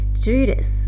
Judas